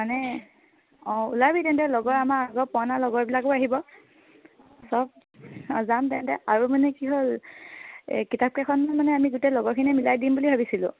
মানে অঁ ওলাবি তেন্তে লগৰ আমাৰ আগৰ পুৰণা লগৰবিলাকো আহিব চব অঁ যাম তেন্তে আৰু মানে কি হ'ল এই কিতাপকেইখন মানে আমি গোটেই লগৰখিনিয়ে মিলাই দিম বুলি ভাবিছিলোঁ